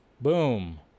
Boom